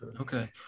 Okay